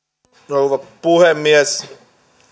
rouva puhemies